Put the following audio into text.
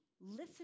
listen